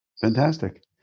Fantastic